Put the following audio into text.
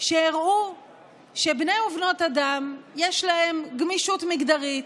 שהראו שבני ובנות אדם, יש להם גמישות מגדרית,